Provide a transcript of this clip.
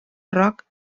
roc